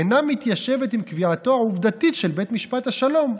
אינה מתיישבת עם קביעתו העובדתיות של בית משפט השלום,